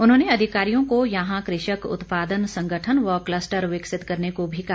उन्होंने अधिकारियों को यहां कृषक उत्पादन संगठन व कलस्टर विकसित करने को भी कहा